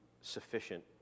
sufficient